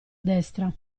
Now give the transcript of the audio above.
destra